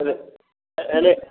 ଆ ହେଲେ